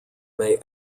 may